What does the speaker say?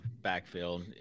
Backfield